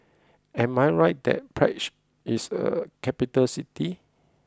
am I right that Prague is a capital city